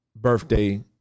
birthday